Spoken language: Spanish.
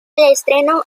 estreno